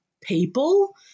people